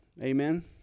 Amen